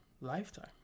lifetime